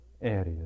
areas